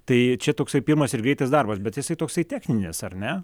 tai čia toksai pirmas ir greitas darbas bet jisai toksai techninės ar ne